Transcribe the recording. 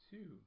Two